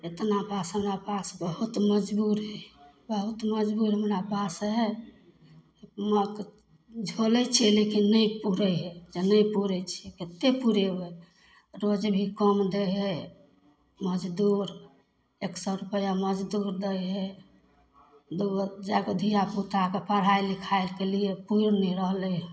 एतना पास हमरा पास बहुत मजदूर बहुत मजबूर हमरा पास हइ एक मात्र खोलै छियै लेकिन नहि पूरै हइ नहि पूरै छै केते पुरेबै रोजी भी कम दै हइ मजदूर एक सए रुपैआ मजदूर दै हइ दूगो चारिगो धिआपुताके पढ़ाइ लिखाइके लिए कमि रहलै हन